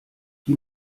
die